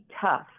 tough